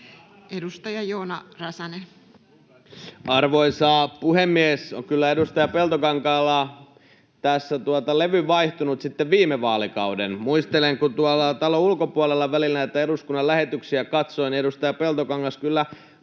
13:07 Content: Arvoisa puhemies! On kyllä edustaja Peltokankaalla tässä levy vaihtunut sitten viime vaalikauden. Muistelen, että kun tuolla talon ulkopuolella välillä näitä eduskunnan lähetyksiä katsoin, niin edustaja Peltokangas kyllä